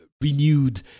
renewed